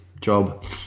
job